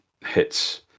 hits